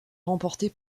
remportée